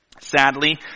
Sadly